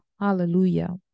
Hallelujah